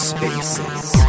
Spaces